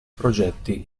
progetti